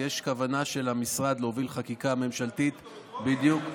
ויש כוונה של המשרד להוביל חקיקה ממשלתית בדיוק.